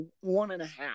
one-and-a-half